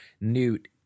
Newt